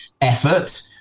effort